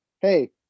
hey